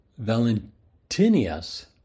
Valentinius